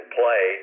play